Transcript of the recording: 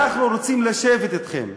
אנחנו רוצים לשבת אתכם.